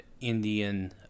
Indian